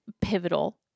pivotal